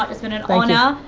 um it's been an honor.